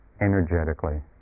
energetically